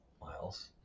Miles